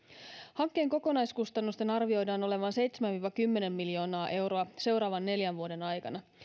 hankkeen kokonaiskustannusten arvioidaan olevan seitsemän viiva kymmenen miljoonaa euroa seuraavan neljän vuoden aikana